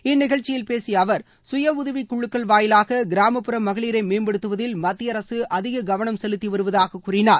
இந்நிகழ்ச்சியில் பேசிய அவர் சுய உதவிக்குழுக்கள் வாயிலாக கிராமப்புற மகளிரை மேம்படுத்துவதில் மத்திய அரசு அதிக கவனம் செலுத்தி வருவதாக கூறினார்